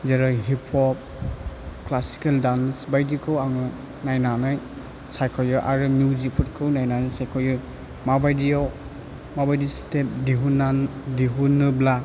जेरै हिफब classical dance बायदिखौ आङो नायनानै सायख'यो आरो मिउजिखफोरखौ नायनानै सायख'यो माबायदियाव माबायदि स्थेब दिहुननानै दिहुनोब्ला